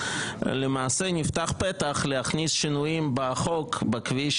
נפתח פתח להכניס שינויים בחוק בכביש